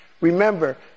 Remember